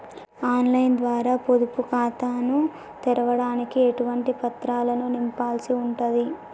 On line ద్వారా పొదుపు ఖాతాను తెరవడానికి ఎటువంటి పత్రాలను నింపాల్సి ఉంటది?